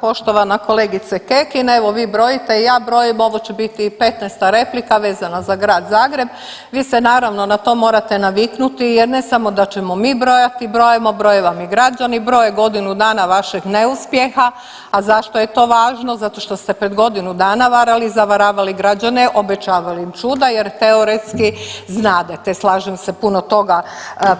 Poštovana kolegice Kekin, evo vi brojite, ja brojim, ovo će biti 15. replika vezana za Grad Zagreb, vi se naravno na to morate naviknuti jer ne samo da ćemo mi brojati, brojimo, broje vam i građani, broje godinu dana vašeg neuspjeha, a zašto je to važno, zato što ste pred godinu dana varali i zavaravali građane, obećavali im čuda jer teoretski znadete, slažem se, puno toga